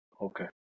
Okay